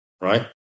right